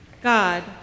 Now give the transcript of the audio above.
God